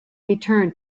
return